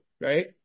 right